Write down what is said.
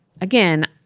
again